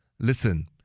Listen